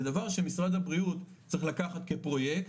זה דבר שמשרד הבריאות צריך לקחת כפרויקט,